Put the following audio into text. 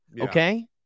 okay